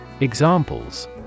Examples